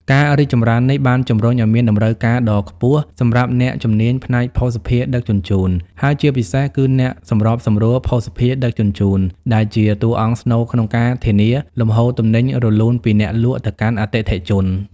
ការរីកចម្រើននេះបានជំរុញឱ្យមានតម្រូវការដ៏ខ្ពស់សម្រាប់អ្នកជំនាញផ្នែកភស្តុភារដឹកជញ្ជូន ហើយជាពិសេសគឺអ្នកសម្របសម្រួលភស្តុភារដឹកជញ្ជូន ដែលជាតួអង្គស្នូលក្នុងការធានាលំហូរទំនិញរលូនពីអ្នកលក់ទៅកាន់អតិថិជន។